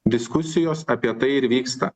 diskusijos apie tai ir vyksta